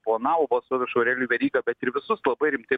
planavo balsuot už aurelijų verygą bet ir visus labai rimtai